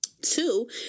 two